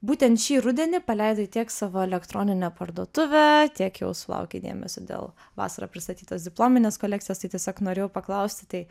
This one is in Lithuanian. būtent šį rudenį paleidai tiek savo elektroninę parduotuvę tiek jau sulaukei dėmesio dėl vasarą pristatytos diplominės kolekcijos tai tiesiog norėjau paklausti tai